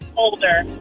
Older